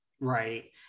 Right